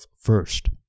first